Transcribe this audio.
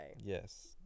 Yes